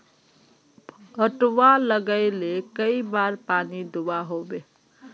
पटवा लगाले कई बार पानी दुबा होबे?